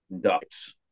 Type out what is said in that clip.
ducts